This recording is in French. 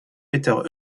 peter